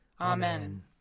Amen